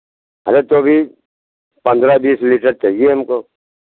अरे तो अभी पन्द्रह बीस लीटर चाहिए हमको